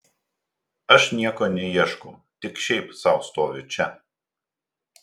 aš nieko neieškau tik šiaip sau stoviu čia